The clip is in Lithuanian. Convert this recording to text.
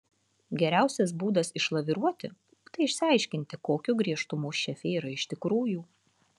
geriausias būdas išlaviruoti tai išsiaiškinti kokio griežtumo šefė yra iš tikrųjų